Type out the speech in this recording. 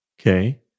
Okay